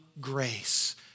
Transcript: grace